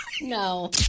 no